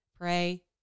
Pray